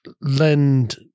lend